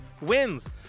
wins